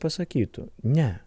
pasakytų ne